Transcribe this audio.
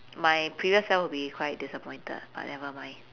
my previous self would be quite disappointed but never mind